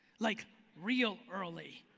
like real early.